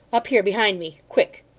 up here behind me quick!